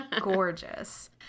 gorgeous